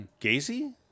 Gacy